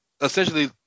essentially